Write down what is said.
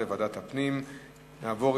התש"ע 2010, לוועדת הפנים והגנת הסביבה נתקבלה.